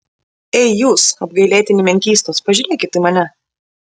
ei jūs apgailėtini menkystos pažiūrėkit į mane